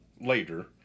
later